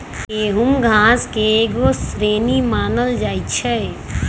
गेहूम घास के एगो श्रेणी मानल जाइ छै